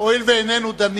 ובכן, עכשיו, הואיל ואיננו דנים